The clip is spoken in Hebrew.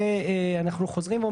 פנים.